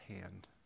hand